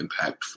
impactful